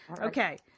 Okay